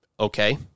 Okay